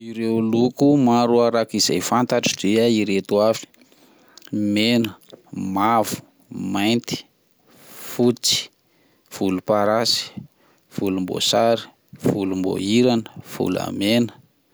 Ireo loko maro araka izay fantatro dia ireto avy: mena, mavo, mainty, fotsy, volom-parasy, volom-boasary, volom-bohirana, volom-bolamena.